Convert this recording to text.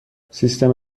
سیستم